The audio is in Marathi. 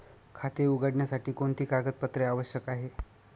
खाते उघडण्यासाठी कोणती कागदपत्रे आवश्यक आहे?